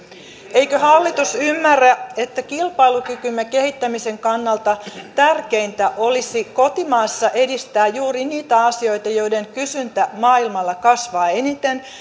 eikö hallitus ymmärrä että kilpailukykymme kehittämisen kannalta tärkeintä olisi kotimaassa edistää juuri niitä asioita joiden kysyntä maailmalla kasvaa eniten